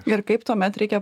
ir kaip tuomet reikia